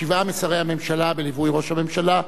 שבעה משרי הממשלה בליווי ראש הממשלה,